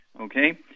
Okay